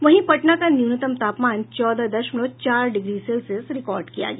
वहीं पटना का न्यूनतम तापमान चौदह दशमलव चार डिग्री सेल्सियस रिकॉर्ड किया गया